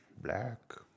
Black